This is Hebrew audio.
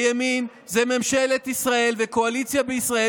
הימין זה ממשלת ישראל וקואליציה בישראל,